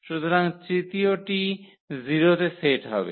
সুতরাং তৃতীয়টি 0 তে সেট হবে